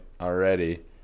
already